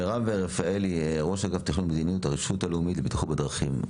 מרב רפאלי ראש אגף תכנון המדיניות הרפואית לבטיחות בדרכים.